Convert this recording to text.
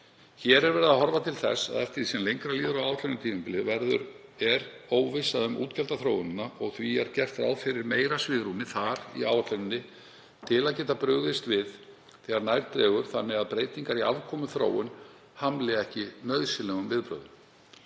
Hér er verið að horfa til þess að eftir því sem lengra líður á áætlunartímabilið verður meiri óvissa um útgjaldaþróunina og því er gert ráð fyrir meira svigrúmi þar í áætluninni til að geta brugðist við þegar nær dregur þannig að breytingar í afkomuþróun hamli ekki nauðsynlegum viðbrögðum.